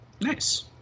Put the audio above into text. Nice